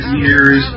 years